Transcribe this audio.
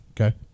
Okay